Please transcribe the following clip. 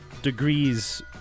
Degrees